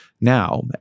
now